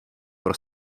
pro